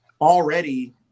already